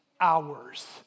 hours